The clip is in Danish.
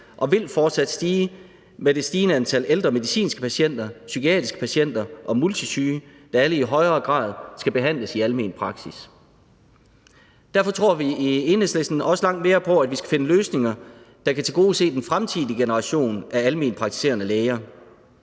og vil fortsat stige med det stigende antal ældre medicinske patienter, psykiatriske patienter og multisyge, da alle i højere grad skal behandles i almen praksis. Der tror vi i Enhedslisten langt mere på, at vi skal finde løsninger, der kan tilgodese den fremtidige generation af alment praktiserende læger.